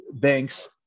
banks